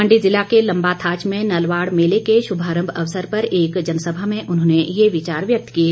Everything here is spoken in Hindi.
मण्डी जिला के लंबाथाच में नलवाड़ मेले के शुभारंभ अवसर पर एक जनसभा में उन्होंने ये विचार व्यक्त किए